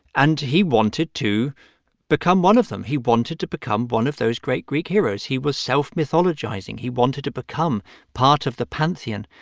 and he wanted to become one of them. he wanted to become one of those great greek heroes. he was self-mythologizing. he wanted to become part of the pantheon.